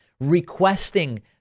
requesting